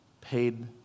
paid